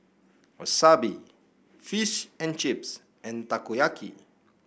Wasabi Fish and Chips and Takoyaki